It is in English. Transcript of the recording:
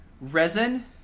resin